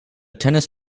tennis